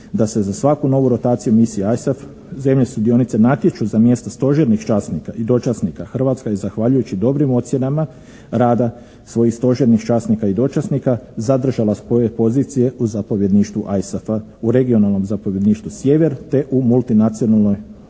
da se za svaku novu rotaciju misije ISAF zemlje sudionice natječu za mjesta stožernih časnika i dočasnika. Hrvatska je zahvaljujući dobrim ocjenama rada svojih stožernih časnika i dočasnika zadržala svoje pozicije u zapovjedništvu ISAF-a u regionalnom zapovjedništvu sjever te u multinacionalnoj